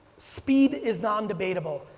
speed is non-debatable,